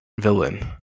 villain